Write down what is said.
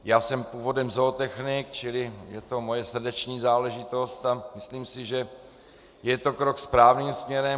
Já jsem původem zootechnik, čili je to moje srdeční záležitost, a myslím si, že to je krok správným směrem.